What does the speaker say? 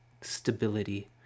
stability